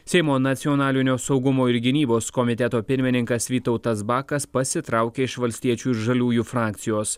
seimo nacionalinio saugumo ir gynybos komiteto pirmininkas vytautas bakas pasitraukė iš valstiečių ir žaliųjų frakcijos